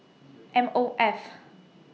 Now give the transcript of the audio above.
M O F